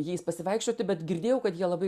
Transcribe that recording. jais pasivaikščioti bet girdėjau kad jie labai